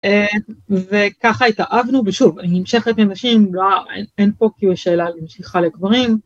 וככה התאהבנו, ושוב, נמשכת לנשים, אין פה כאילו שאלה על המשיכה לגברים.